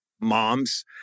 moms